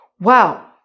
Wow